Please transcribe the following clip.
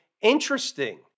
interesting